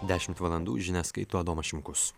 dešimt valandų žinias skaito adomas šimkus